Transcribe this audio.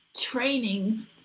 training